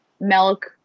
milk